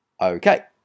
Okay